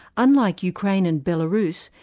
unlike ukraine and belarus,